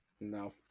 No